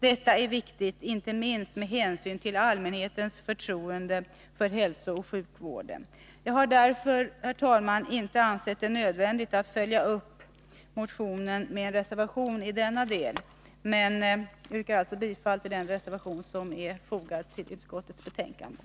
Detta är viktigt inte minst av hänsyn till allmänhetens förtroende för hälsooch sjukvården.” Vi har därför, herr talman, inte ansett det nödvändigt att följa upp motionen med en reservation i denna del.